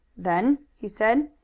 then, he said,